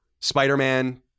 Spider-Man